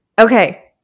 okay